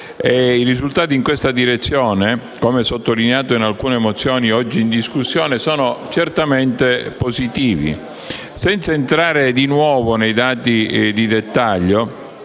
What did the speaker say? I risultati in questa direzione, come sottolineato in alcune mozioni oggi in discussione, sono certamente positivi. Senza entrare di nuovo nei dati di dettaglio,